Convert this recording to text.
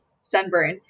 sunburn